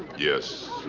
yes,